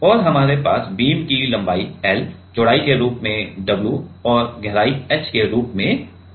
और हमारे पास बीम की लंबाई L चौड़ाई के रूप में W और गहराई H के रूप में होगी